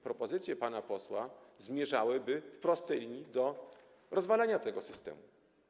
Propozycje pana posła zmierzałyby w prostej linii do rozwalenia tego systemu.